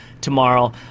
tomorrow